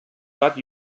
but